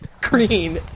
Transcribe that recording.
green